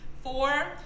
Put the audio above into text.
Four